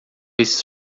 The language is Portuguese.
esses